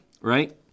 Right